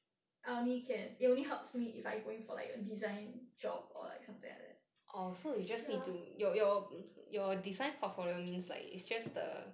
I only can it only helps me if I going for like a design job or like something like that